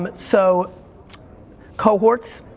but so cohorts,